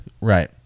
Right